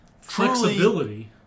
flexibility